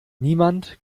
niemand